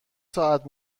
ساعت